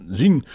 zien